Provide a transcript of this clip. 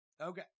Okay